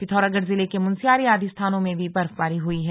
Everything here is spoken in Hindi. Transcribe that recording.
पिथौरागढ़ जिले के मुनस्यारी आदि स्थानों में भी बर्फबारी हुई है